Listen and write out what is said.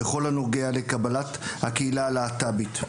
בכל הנוגע לקבלת הקהילה הלהט"בית.